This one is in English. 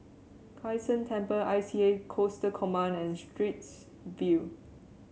Kai San Temple I C A Coastal Command and Straits View